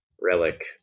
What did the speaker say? relic